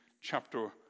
chapter